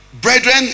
Brethren